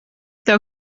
tev